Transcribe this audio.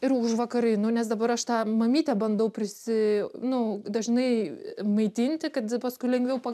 ir užvakar einu nes dabar aš tą mamytę bandau prisi nu dažnai maitinti kad paskui lengviau pa